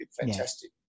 fantastic